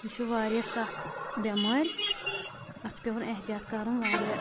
یہِ چھِ واریاہ سخ بیٚمٲرۍ اتھ چھُ پیٚوان احتیاط کرُن واریاہ